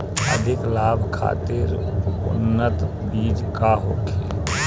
अधिक लाभ खातिर उन्नत बीज का होखे?